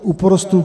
U porostů...